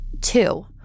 two